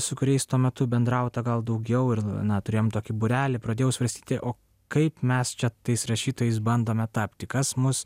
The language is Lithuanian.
su kuriais tuo metu bendrauta gal daugiau ir na turėjom tokį būrelį pradėjau svarstyti o kaip mes čia tais rašytojais bandome tapti kas mus